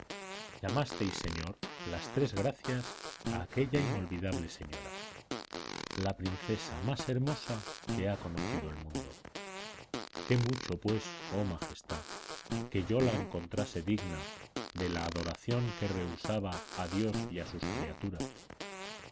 acordáis llamasteis señor las tres gracias a aquella inolvidable señora la princesa más hermosa que ha conocido el mundo qué mucho pues oh majestad que yo la encontrase digna de la adoración que rehusaba a dios y a sus criaturas